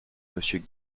monsieur